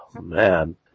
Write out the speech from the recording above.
man